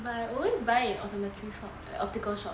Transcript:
but I always buy in optometry shop like optical shop